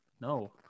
no